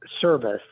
service